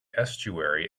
estuary